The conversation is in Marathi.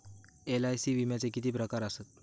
एल.आय.सी विम्याचे किती प्रकार आसत?